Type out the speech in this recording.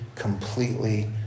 completely